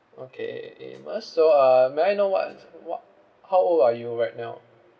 okay amos so uh may I know what what how old are you right now